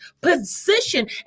position